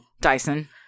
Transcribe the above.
Dyson